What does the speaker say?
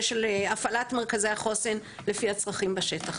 של הפעלת מרכזי החוסן לפי הצרכים בשטח.